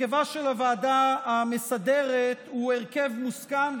הרכבה של הוועדה המסדרת הוא הרכב מוסכם,